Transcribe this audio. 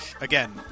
again